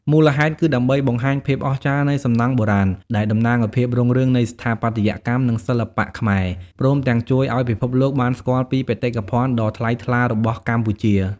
មូលហេតុ គឺដើម្បីបង្ហាញភាពអស្ចារ្យនៃសំណង់បុរាណ ដែលតំណាងឲ្យភាពរុងរឿងនៃស្ថាបត្យកម្ម និងសិល្បៈខ្មែរ ព្រមទាំងជួយឲ្យពិភពលោកបានស្គាល់ពីបេតិកភណ្ឌដ៏ថ្លៃថ្លារបស់កម្ពុជា។